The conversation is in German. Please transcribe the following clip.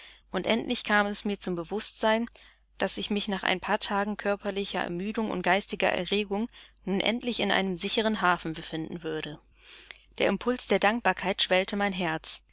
und endlich kam es mir zum bewußtsein daß ich mich nach ein paar tagen körperlicher ermüdung und geistiger erregung nun endlich in einem sicheren hafen befinden würde der impuls der dankbarkeit schwellte mein herz